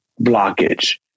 blockage